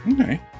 Okay